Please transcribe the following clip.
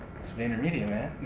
it's vaynermedia man.